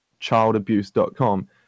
childabuse.com